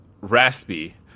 Raspy